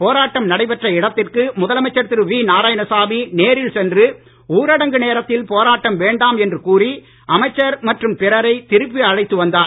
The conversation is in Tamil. போராட்டம் நடைபெற்ற இடத்திற்கு முதலமைச்சர் திரு வி நாராயணசாமி நேரில் சென்று ஊரடங்கு நேரத்தில் போராட்டம் வேண்டாம் என்று கூறி அமைச்சர் மற்றும் பிறரை திருப்பி அழைத்து வந்தார்